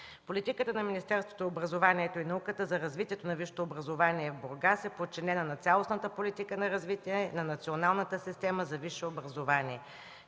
Политиката на Министерството на образованието и науката за развитието на висшето образование в Бургас е подчинена на цялостната политика на развитие на Националната система за висше образование.